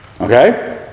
Okay